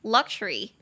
Luxury